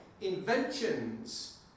inventions